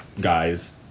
guys